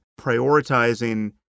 prioritizing